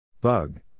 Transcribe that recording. Bug